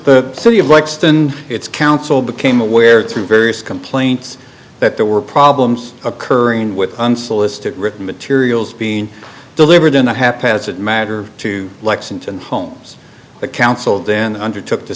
the city of rexton its counsel became aware through various complaints that there were problems occurring with unsolicited written materials being delivered in a haphazard matter to lexington homes the council then undertook to